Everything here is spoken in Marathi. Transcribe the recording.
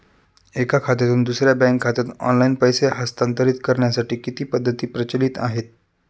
एका खात्यातून दुसऱ्या बँक खात्यात ऑनलाइन पैसे हस्तांतरित करण्यासाठी किती पद्धती प्रचलित आहेत?